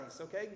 Okay